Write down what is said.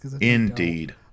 Indeed